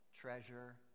treasure